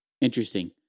Interesting